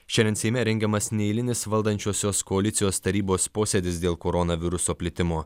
šiandien seime rengiamas neeilinis valdančiosios koalicijos tarybos posėdis dėl koronaviruso plitimo